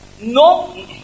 No